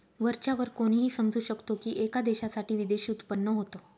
वरच्या वर कोणीही समजू शकतो की, एका देशासाठी विदेशी उत्पन्न होत